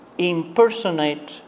impersonate